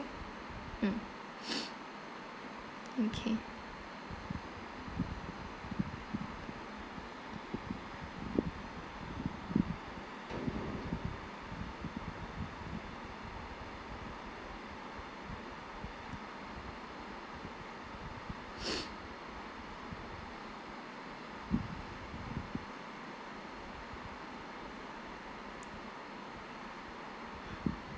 mm okay